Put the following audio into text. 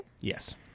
Yes